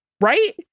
Right